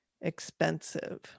expensive